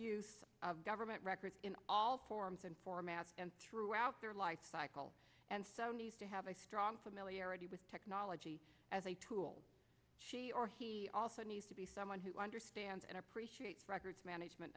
use of government records in all forms and formats and throughout their life cycle and so nice to have a strong familiarity with technology as a tool or he also needs to be someone who understands and appreciates records management